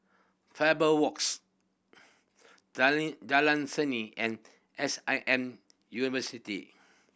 Faber Walks Jalan Seni and S I M University